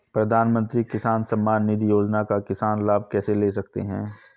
प्रधानमंत्री किसान सम्मान निधि योजना का किसान लाभ कैसे ले सकते हैं?